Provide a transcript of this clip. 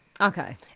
okay